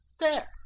There